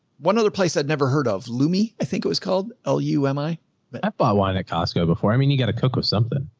one other place i'd never heard of leumi. i think it was called l u m. i but buy wine at costco before. i mean, you gotta cook with something.